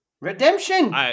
redemption